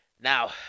Now